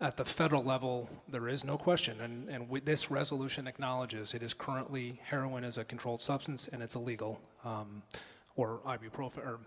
at the federal level there is no question and we this resolution acknowledges it is currently heroin is a controlled substance and it's illegal or you prefe